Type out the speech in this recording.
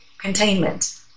Containment